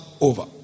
over